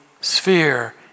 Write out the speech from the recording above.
sphere